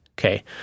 Okay